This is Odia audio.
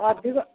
ଅଧିକ